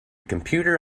computer